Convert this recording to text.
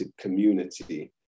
community